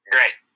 Great